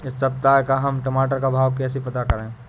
इस सप्ताह का हम टमाटर का भाव कैसे पता करें?